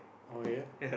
okay